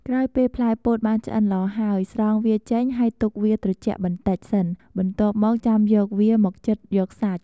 ក្រោយពេលផ្លែពោតបានឆ្អិនល្អហើយ ស្រង់វាចេញហើយទុកវាត្រជាក់បន្ដិចសិន បន្ទាប់មកចាំយកវាមកចិតយកសាច់។